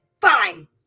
fine